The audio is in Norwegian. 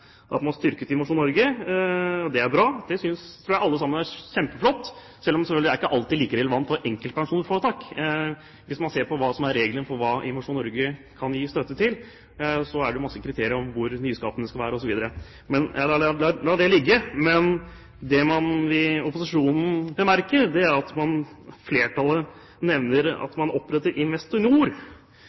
at man styrker Innovasjon Norge – og det er bra, det tror jeg alle sammen her synes er kjempeflott, selv om det selvfølgelig ikke alltid er like relevant for enkeltpersonforetak. Hvis man ser på hva som er regelen for hva Innovasjon Norge kan gi støtte til, er det masse kriterier for hvor nyskapingen skal være, osv. Men jeg lar det ligge. Det vi i opposisjonen bemerker, er at flertallet nevner at man oppretter